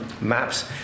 maps